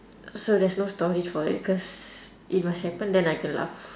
so there's no story for it cause it must happen then I can laugh